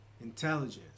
intelligence